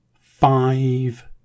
five